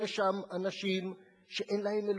יש שם אנשים שאין להם אלוהים,